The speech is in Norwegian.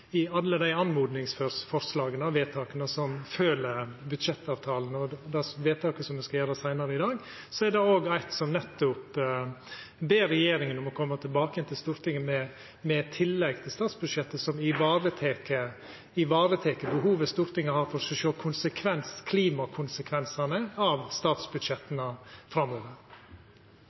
blant alle oppmodingsforslaga, vedtaka som følgjer budsjettavtalen, og vedtaka som me skal gjera seinare i dag, er det òg eit som nettopp ber regjeringa om å koma tilbake til Stortinget med tillegg til statsbudsjettet som varetek behovet Stortinget har for å sjå klimakonsekvensane av statsbudsjetta framover.